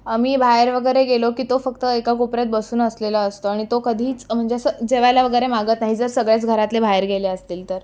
आम्ही बाहेर वगैरे गेलो की तो फक्त एका कोपऱ्यात बसून असलेला असतो आणि तो कधीच म्हणजे असं जेवायला वगैरे मागत नाही जर सगळेच घरातले बाहेर गेले असतील तर